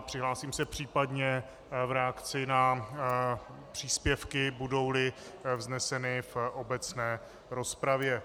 Přihlásím se případně v reakci na příspěvky, budouli vzneseny v obecné rozpravě.